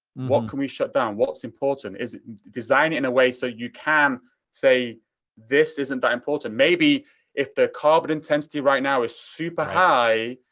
what can we shut down? what's important? is it designed in a way so you can say this isn't that important? maybe if the carbon intensity right now is super high,